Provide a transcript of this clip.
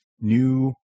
new